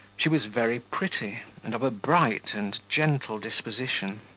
she was very pretty and of a bright and gentle disposition.